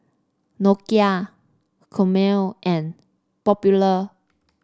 Nokia Chomel and Popular